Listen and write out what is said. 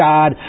God